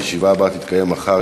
הישיבה הבאה תתקיים מחר,